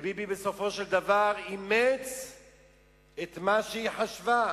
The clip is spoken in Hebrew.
ביבי אימץ, בסופו של דבר, את מה שהיא חשבה.